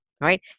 right